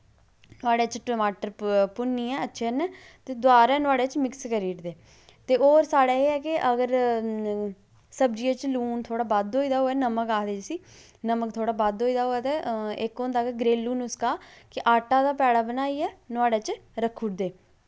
नुआढ़े च टमाटर भुन्नियै अच्छै कन्नै ते दवारै नुआढ़े च मिक्स करी ओड़दे ते होर साढ़ै एह् ऐ के अगर सब्जियै च लून थोह्ड़ा बध्द होई दा होऐ नमक आखदे जिसी नमक थोह्ड़ा बध्द होई ते इक होंदा घरेलू नुसका के आटा दा पैड़ा बनाइयै नुआढ़े च रक्खुड़दे